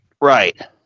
right